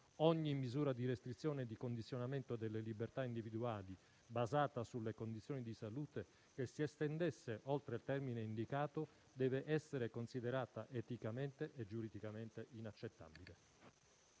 Ogni misura di restrizione e di condizionamento delle libertà individuali, basata sulle condizioni di salute, che si estendesse oltre il termine indicato deve essere considerata eticamente e giuridicamente inaccettabile.